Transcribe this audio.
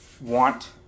want